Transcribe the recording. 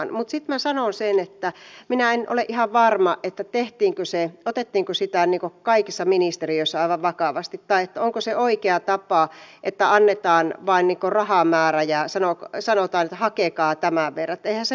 mutta sitten minä sanon sen että minä en ole ihan varma otettiinko sitä kaikissa ministeriöissä aivan vakavasti tai että onko se oikea tapa että annetaan vain rahamäärä ja sanotaan että hakekaa tämän verran